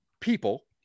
people